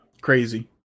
crazy